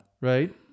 Right